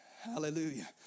Hallelujah